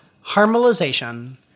harmonization